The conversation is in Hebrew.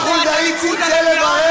תשכנע קודם את החברים שלך בליכוד.